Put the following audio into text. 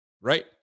right